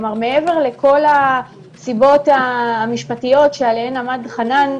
מעבר לכל הסיבות המשפטיות שעליהם עמד חנן,